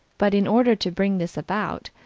but in order to bring this about,